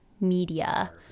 media